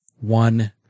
one